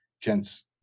gents